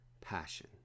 passion